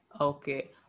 Okay